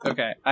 Okay